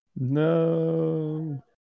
No